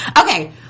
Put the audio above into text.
Okay